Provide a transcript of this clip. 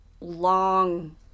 long